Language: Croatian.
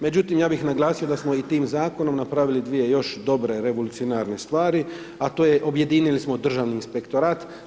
Međutim, ja bi naglasio da smo i tim zakonom napravili 2 još dobre revolucionarne stvari, a to je objedinili smo državni inspektorat.